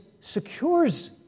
secures